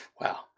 Wow